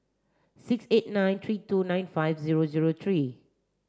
six eight nine three two nine five zero zero three